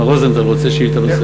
מר רוזנטל רוצה שאילתה נוספת.